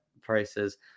prices